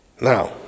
Now